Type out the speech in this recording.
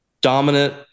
Dominant